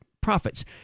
profits